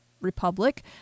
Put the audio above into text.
republic